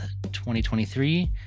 2023